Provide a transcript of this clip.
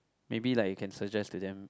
maybe like you can suggest to them